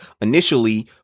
initially